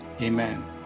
Amen